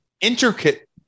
intricate